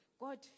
God